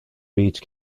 beach